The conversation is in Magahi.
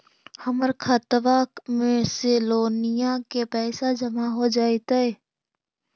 हमर खातबा में से लोनिया के पैसा जामा हो जैतय?